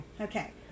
Okay